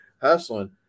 hustling